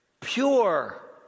pure